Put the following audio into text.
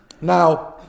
Now